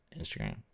instagram